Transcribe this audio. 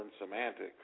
semantics